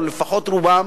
או לפחות רובם,